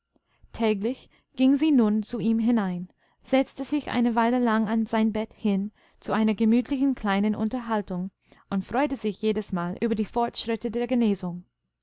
täglich ging sie nun zu ihm hinein setzte sich eine weile lang an sein bett hin zu einer gemütlichen kleinen unterhaltung und freute sich jedesmal über die fortschritte der genesung